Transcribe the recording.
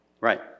Right